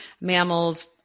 mammals